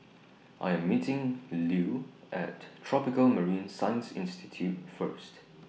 I Am meeting Lue At Tropical Marine Science Institute First